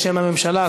בשם הממשלה,